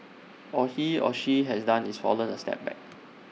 all he or she has done is fallen A step back